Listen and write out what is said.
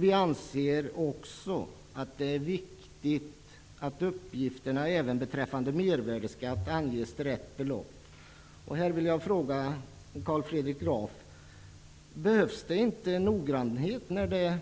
Vi anser också att det är viktigt att uppgifterna även beträffande mervärdesskatt anges till rätta belopp. I detta sammanhang vill jag fråga Carl Fredrik Graf: Behövs det inte noggrannhet när det